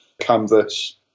canvas